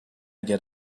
get